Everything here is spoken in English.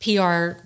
PR